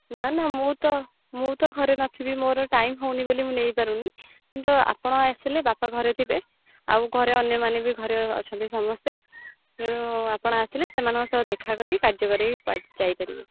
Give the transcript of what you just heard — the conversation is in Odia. ନା ନା ମୁଁ ତ ମୁଁ ତ ଘରେ ନଥିବି ମୋର ଟାଇମ୍ ହଉନି ବୋଲି ମୁଁ ନେଇପାରୁନି କିନ୍ତୁ ଆପଣ ଆସିଲେ ବାପା ଘରେ ଥିବେ ଆଉ ଘରେ ଅନ୍ୟମାନେ ବି ଘରେ ଅଛନ୍ତି ସମସ୍ତେ ତେଣୁ ଆପଣ ଆସିଲେ ସେମାନଙ୍କ ସହ ଦେଖା କରି କାର୍ଯ୍ୟ କରି ଯାଇପାରିବେ